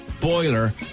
boiler